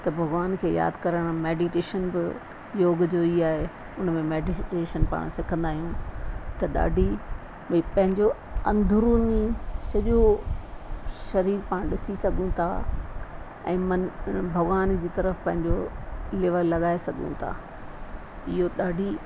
त भॻवान खे यादि करणु मेडीटेशन बि योग जो ई आहे उन में मेडीटेशन पाण सिखंदा आहियूं त ॾाढी भई पंहिंजो अंदरूनी सॼो शरीरु पाण ॾिसी सघूं था ऐं मनु भॻवान जी तरफ़ु पंहिंजो लिंव लॻाए सघूं था इहो ॾाढी